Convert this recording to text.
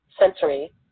sensory